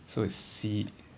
so is C